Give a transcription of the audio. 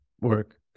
work